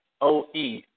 OE